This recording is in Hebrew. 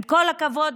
עם כל הכבוד,